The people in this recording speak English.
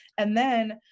and then,